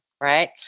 right